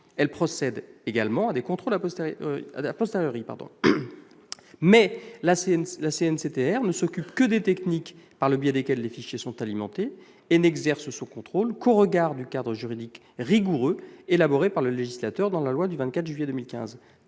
Celle-ci procède également à des contrôles. Toutefois, la CNCTR ne s'occupe que des techniques par le biais desquelles les fichiers sont alimentés et n'exerce son contrôle qu'au regard du cadre juridique rigoureux élaboré par le législateur dans le cadre de la loi du 24 juillet 2015.